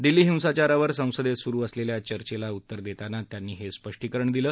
दिल्ली हिसाचारांवर संसदेत सुरु असलेल्या चर्चेला उत्तर देताना त्यांनी हे स्पष्टीकरण दिलं